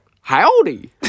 Howdy